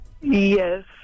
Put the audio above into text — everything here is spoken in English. Yes